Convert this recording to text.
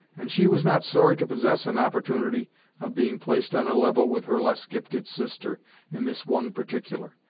and she was not sorry to possess an opportunity of being placed on a level with her less gifted sister in this one particular.